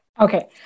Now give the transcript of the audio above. Okay